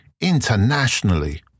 internationally